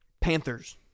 Panthers